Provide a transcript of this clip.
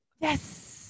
Yes